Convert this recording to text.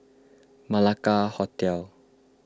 Malacca Hotel